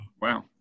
Wow